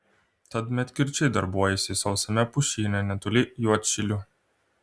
tad medkirčiai darbuojasi sausame pušyne netoli juodšilių